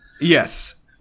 Yes